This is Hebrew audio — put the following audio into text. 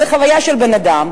זו חוויה של ילדה